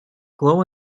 glow